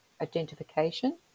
identification